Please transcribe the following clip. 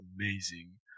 amazing